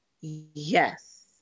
Yes